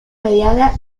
mediana